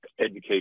education